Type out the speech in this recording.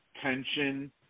tension